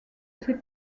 ces